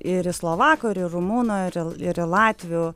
ir į slovakų ir į rumunų ir ir į latvių